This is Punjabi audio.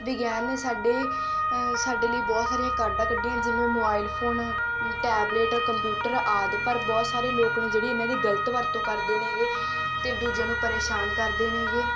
ਵਿਗਿਆਨ ਨੇ ਸਾਡੇ ਸਾਡੇ ਲਈ ਬਹੁਤ ਸਾਰੀਆਂ ਕਾਢਾਂ ਕੱਢੀਆਂ ਜਿਵੇਂ ਮੁਬਾਈਲ ਫੋਨ ਟੈਬਲਿਟ ਕੰਪਿਊਟਰ ਆਦਿ ਪਰ ਬਹੁਤ ਸਾਰੇ ਲੋਕ ਨੇ ਜਿਹੜੇ ਇਹਨਾਂ ਦੀ ਗਲਤ ਵਰਤੋਂ ਕਰਦੇ ਨੇਗੇ ਅਤੇ ਦੂਜਿਆਂ ਨੂੰ ਪ੍ਰੇਸ਼ਾਨ ਕਰਦੇ ਨੇਗੇ